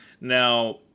Now